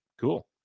cool